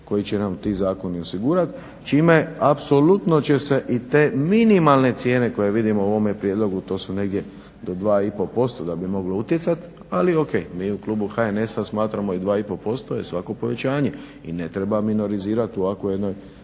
koji će nama ti zakoni osigurati, čime apsolutno će se i te minimalne cijene koje vidimo u ovome prijedlogu to su negdje do 2,5% da bi moglo utjecati, ali o.k. Mi u klubu HNS-a smatramo i 2,5% je svako povećanje i ne treba minorizirati u ovakvoj jednoj